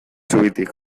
zubitik